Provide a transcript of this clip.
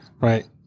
Right